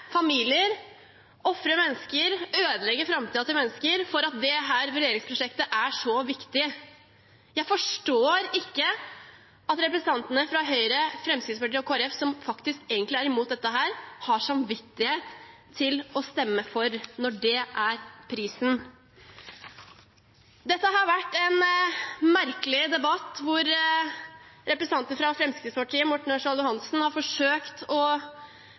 familier, ofre mennesker, ødelegge framtiden til mennesker, fordi dette regjeringsprosjektet er så viktig. Jeg forstår ikke at representantene fra Høyre, Fremskrittspartiet og Kristelig Folkeparti som egentlig er imot dette, har samvittighet til å stemme for, når det er prisen. Dette har vært en merkelig debatt der representanten fra Fremskrittspartiet, Morten Ørsal Johansen, har forsøkt å